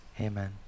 Amen